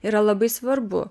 yra labai svarbu